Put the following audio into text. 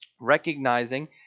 recognizing